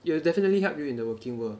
it will definitely help you in the working world